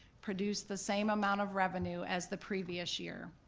produce the same amount of revenue as the previous year.